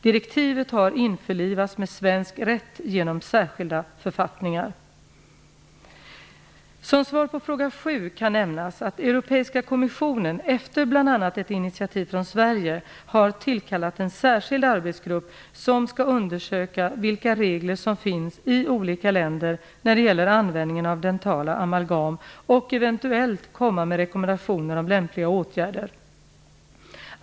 Direktivet har införlivats med svensk rätt genom särskilda författningar. Som svar på fråga sju kan nämnas att Europeiska kommissionen, efter bl.a. ett initiativ från Sverige, har tillkallat en särskild arbetsgrupp som skall undersöka vilka regler som finns i olika länder när det gäller användningen av dentala amalgam och eventuellt komma med rekommendationer om lämpliga åtgärder.